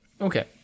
okay